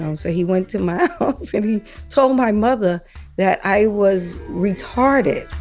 um so he went to my house, and he told my mother that i was retarded.